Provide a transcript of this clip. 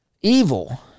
evil